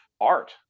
art